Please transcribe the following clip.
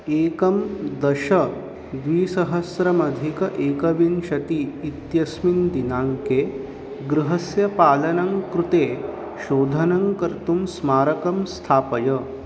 एकं दश द्विसहस्रमधिक एकविंशति इत्यस्मिन् दिनाङ्के गृहस्य पालनं कृते शोधनं कर्तुं स्मारकं स्थापय